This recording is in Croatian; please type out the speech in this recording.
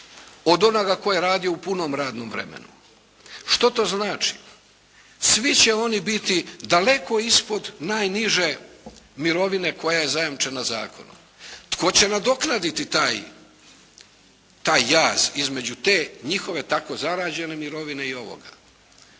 od onoga tko je radio u punom radnom vremenu. Što to znači? Svi će oni biti daleko ispod najniže mirovine koja je zajamčena zakonom. Tko će nadoknaditi taj jaz između te njihove tako zarađene mirovine i ovoga?